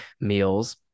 meals